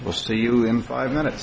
we'll see you in five minutes